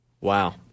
wow